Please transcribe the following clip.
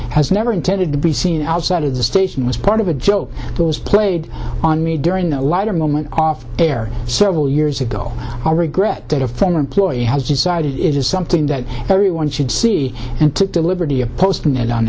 has never intended to be seen outside of the station was part of a joke those played on me during a lighter moment off air so years ago i regret that a former employee has decided it is something that everyone should see and took the liberty of posting and on